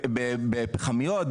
בפחמיות,